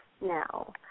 now